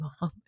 mom